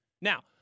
Now